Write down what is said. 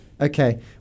Okay